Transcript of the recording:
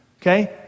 Okay